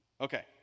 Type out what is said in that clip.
Okay